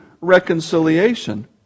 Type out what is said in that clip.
reconciliation